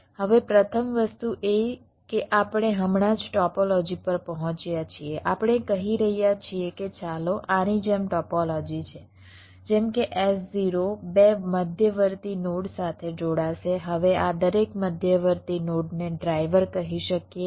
હવે પ્રથમ વસ્તુ એ છે કે આપણે હમણાં જ ટોપોલોજી પર પહોંચ્યા છીએ આપણે કહી રહ્યા છીએ કે ચાલો આની જેમ ટોપોલોજી છે જેમ કે S0 2 મધ્યવર્તી નોડ સાથે જોડાશે હવે આ દરેક મધ્યવર્તી નોડને ડ્રાઈવર કહી શકીએ